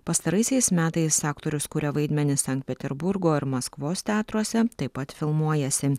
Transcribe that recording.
pastaraisiais metais aktorius kuria vaidmenis sankt peterburgo ir maskvos teatruose taip pat filmuojasi